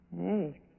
Hey